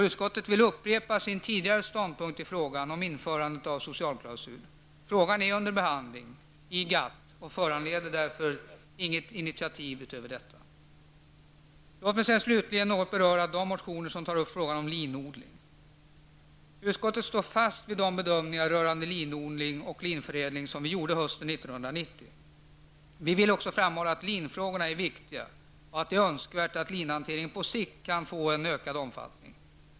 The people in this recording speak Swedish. Utskottet vill upprepa sin tidigare ståndpunkt i frågan om införandet av socialklausul. Frågan är under behandling i GATT och föranleder därför inget initiativ utöver detta. Låt mig slutligen något beröra de motioner som tar upp frågan om linodling. Utskottet står fast vid de bedömningar rörande linodling och linförädling som vi gjorde hösten 1990. Vi vill också framhålla att linfrågorna är viktiga och att det är önskvärt att linhanteringen på sikt kan få en ökad omfattning.